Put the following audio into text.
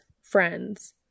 friends